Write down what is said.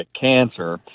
cancer